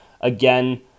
Again